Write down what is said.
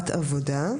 "עבודה"